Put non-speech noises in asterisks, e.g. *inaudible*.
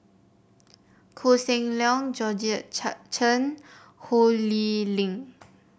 Koh Seng Leong Georgette *unintelligible* Chen Ho Lee Ling